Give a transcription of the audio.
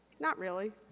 not really.